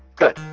good.